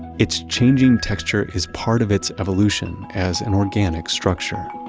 it's changing texture is part of its evolution as an organic structure